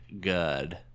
good